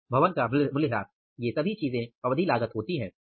तब भवन का मूल्यह्रास यह सभी चीजें अवधि लागत होती हैं